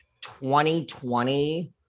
2020